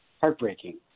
Heartbreaking